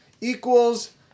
equals